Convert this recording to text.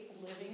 living